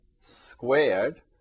squared